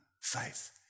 faith